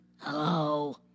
Hello